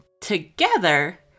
together